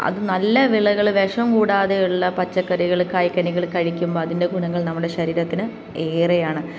അത് നല്ല വിളകൾ വിഷം കൂടാതെ ഉള്ള പച്ചക്കറികൾ കായ്കനികൾ കഴിക്കുമ്പോൾ അതിൻ്റെ ഗുണങ്ങൾ നമ്മുടെ ശരീരത്തിന് ഏറെയാണ്